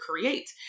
create